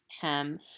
hem